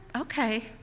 okay